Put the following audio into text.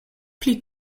pli